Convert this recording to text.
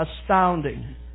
astounding